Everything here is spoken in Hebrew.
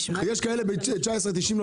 יש כאלה שנותנים ב-19.90,